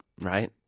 right